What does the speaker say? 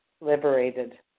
liberated